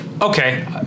okay